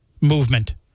movement